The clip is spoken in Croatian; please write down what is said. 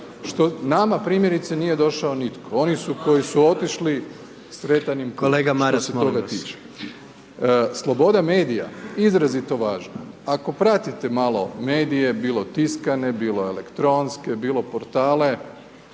Što nama, primjerice nije došao nitko. Oni su koji su otišli, sretan im put…/Upadica: Kolega Maras, molim vas./… Što se toga tiče. Sloboda medija, izrazito važna. Ako pratite malo medije, bilo tiskane, bilo elektronske, bilo portale,